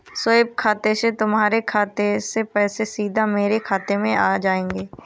SVEEP खाते से तुम्हारे खाते से पैसे सीधा मेरे खाते में आ जाएंगे